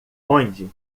onde